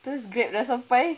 terus grab dah sampai